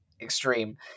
extreme